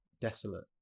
desolate